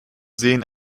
sehen